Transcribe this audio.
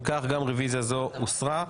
אם כך, גם הרוויזיה הזו הוסרה.